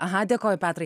aha dėkoju petrai